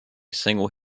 single